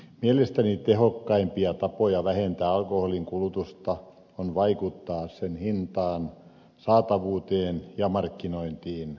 mielestäni tehokkaimpia tapoja vähentää alkoholin kulutusta on vaikuttaa sen hintaan saatavuuteen ja markkinointiin